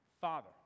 father